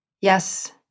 Yes